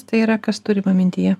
tai yra kas turima mintyje